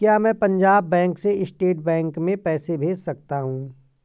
क्या मैं पंजाब बैंक से स्टेट बैंक में पैसे भेज सकता हूँ?